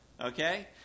okay